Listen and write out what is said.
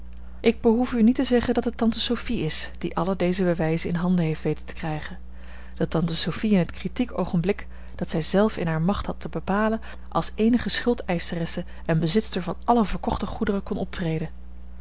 ik behoef u niet te zeggen dat het tante sophie is die alle deze bewijzen in handen heeft weten te krijgen dat tante sophie in het kritiek oogenblik dat zij zelve in hare macht had te bepalen als eenige schuldeischeresse en bezitster van alle verkochte goederen kon optreden